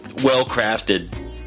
Well-crafted